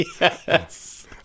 Yes